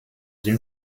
une